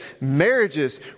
marriages